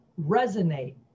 resonate